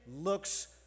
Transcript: looks